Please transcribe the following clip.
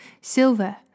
silver